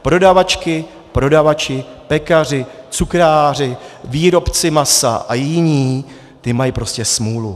Prodavačky, prodavači, pekaři, cukráři, výrobci masa a jiní mají prostě smůlu.